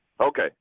Okay